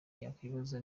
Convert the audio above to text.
yakwibaza